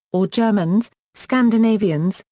or germans, scandinavians,